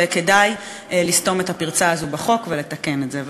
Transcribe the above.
וכדאי לסתום את הפרצה הזו בחוק ולתקן את זה.